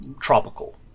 tropical